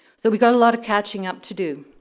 so we've got a lot of catching up to do.